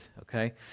okay